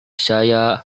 saya